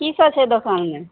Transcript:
की सब छै दोकानमे